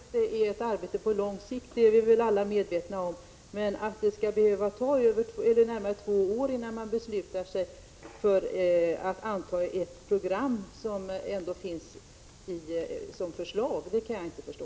Herr talman! Att jämställdhetsarbetet är ett arbete på lång sikt är vi väl alla medvetna om. Men att det skall behöva ta över två år innan man beslutar sig för att anta ett program, som ändå finns framme som förslag, kan jag inte förstå.